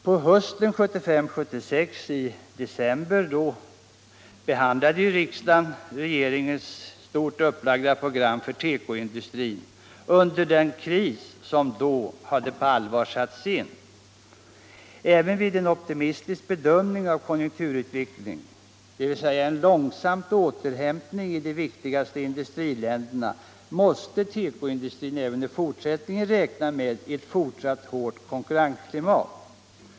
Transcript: På hösten 1975/76 återkom regeringen med ett stort upplagt program för tekoindustrin under den kris som då på allvar hade satt in. Även vid en optimistisk bedömning av konjunkturutvecklingen, dvs. en långsam återhämtning i de viktigaste industriländerna, måste tekoindustrin också i fortsättningen räkna med ett hårt konkurrensklimat.